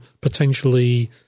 potentially